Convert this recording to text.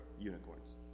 unicorns